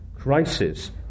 crisis